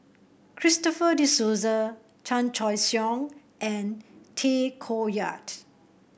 Christopher De Souza Chan Choy Siong and Tay Koh Yat